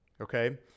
Okay